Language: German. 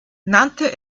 nannte